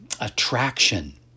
attraction